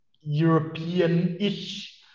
European-ish